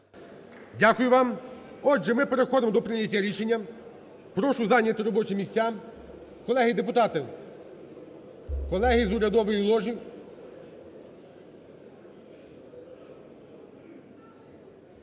Дякую вам. Отже, ми переходимо до прийняття рішення. Прошу зайняти робочі місця. Колеги депутати! Колеги, з урядової ложі!